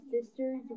sisters